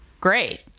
Great